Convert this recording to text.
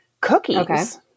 cookies